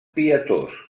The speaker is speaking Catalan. pietós